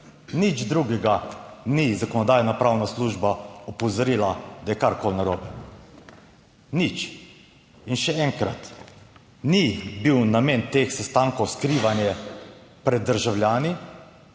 nič drugega ni Zakonodajno-pravna služba opozorila, da je karkoli narobe, nič. In še enkrat, ni bil namen teh sestankov skrivanje pred državljani,